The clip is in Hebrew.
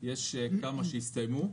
ויש כמה שהסתיימו.